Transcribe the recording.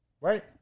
Right